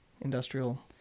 industrial